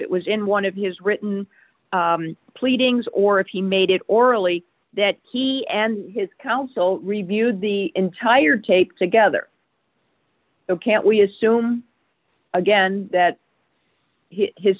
it was in one of his written pleadings or if he made it orally that he and his counsel reviewed the entire tape together so can we assume again that his